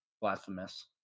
Blasphemous